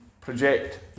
project